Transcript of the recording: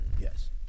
Yes